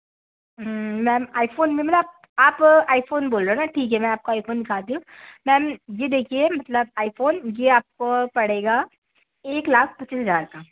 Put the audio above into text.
ma'am आई phone आप iPhone बोल रहे हो ना ठीक है मैं आपको आई फ़ोन दिखाती हूँ मैम ये देखिए मतलब आइ फ़ोन ये आपको पड़ेगा एक लाख पच्चीस हज़ार का